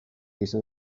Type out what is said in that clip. izan